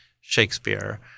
Shakespeare